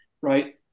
right